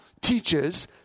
teaches